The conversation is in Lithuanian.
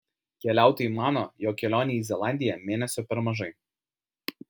keliautojai mano jog kelionei į zelandiją mėnesio per mažai